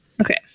Okay